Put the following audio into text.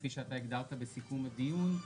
כפי שאתה הגדרת בסיכום הדיון,